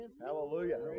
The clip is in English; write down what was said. Hallelujah